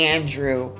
Andrew